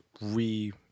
re-